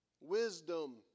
Wisdom